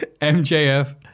MJF